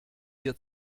hier